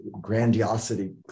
grandiosity